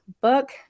book